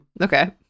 Okay